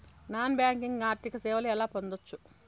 Non banking ఆర్థిక సేవలు ఎలా పొందొచ్చు?